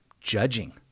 judging